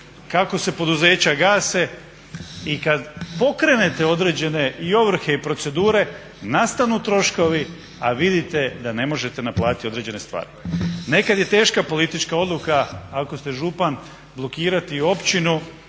kako se poduzeća gase i kad pokrenete određene i ovrhe i procedure nastanu troškovi, a vidite da ne možete naplatiti određene stvari. Nekad je teška politička odluka ako ste župan blokirati općinu,